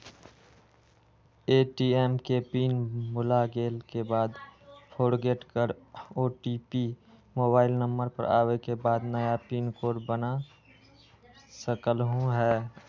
ATM के PIN भुलागेल के बाद फोरगेट कर ओ.टी.पी मोबाइल नंबर पर आवे के बाद नया पिन कोड बना सकलहु ह?